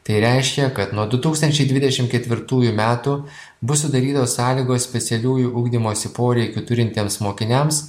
tai reiškia kad nuo du tūkstančiai dvidešim ketvirtųjų metų bus sudarytos sąlygos specialiųjų ugdymosi poreikių turintiems mokiniams